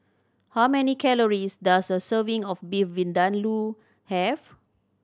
how many calories does a serving of Beef Vindaloo have